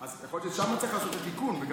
יכול להיות שצריך לעשות תיקון --- יכול